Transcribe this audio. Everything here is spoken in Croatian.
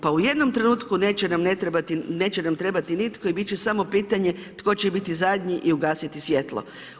Pa u jednom trenutku, neće nam trebati nitko i biti će samo pitanje, tko će biti zadnji i ugasiti svjetlo.